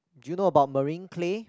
do you know about marine clay